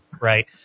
right